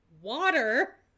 water